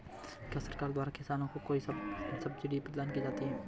क्या सरकार द्वारा किसानों को कोई सब्सिडी प्रदान की जाती है?